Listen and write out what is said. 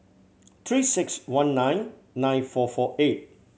Three Six One nine nine four four eight